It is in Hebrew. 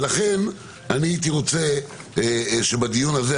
ולכן הייתי רוצה שבדיון הזה,